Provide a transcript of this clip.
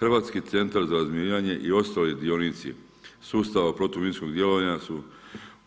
Hrvatski centar za razminiranje i ostali dionici sustava protuminskog djelovanja su